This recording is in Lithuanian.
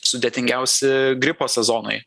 sudėtingiausi gripo sezonai